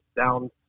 down